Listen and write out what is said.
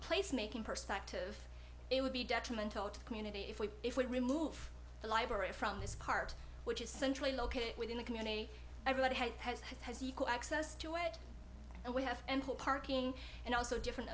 place making perspective it would be detrimental to the community if we if we remove the library from this part which is centrally located within the community everybody has has equal access to it and we have ample parking and also different